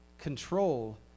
control